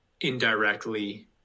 indirectly